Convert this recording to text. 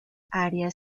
áreas